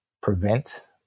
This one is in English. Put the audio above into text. prevent